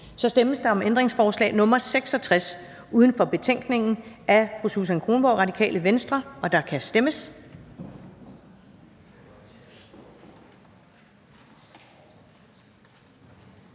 Så stemmes der om ændringsforslag nr. 66 uden for betænkningen af fru Susan Kronborg (RV), og der kan stemmes.